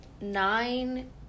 nine